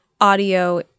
audio